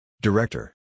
Director